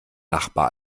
nachbar